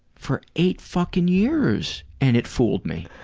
for eight fucking years and it fooled me.